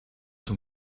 zum